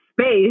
space